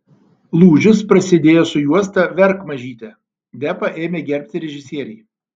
lūžis prasidėjo su juosta verk mažyte depą ėmė gerbti režisieriai